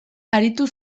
aritu